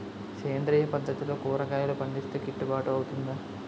సేంద్రీయ పద్దతిలో కూరగాయలు పండిస్తే కిట్టుబాటు అవుతుందా?